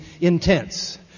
intense